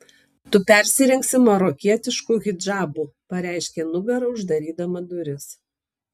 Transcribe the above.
tu persirengsi marokietišku hidžabu pareiškė nugara uždarydama duris